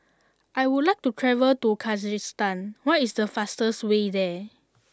I would like to travel to Kyrgyzstan what is the fastest way there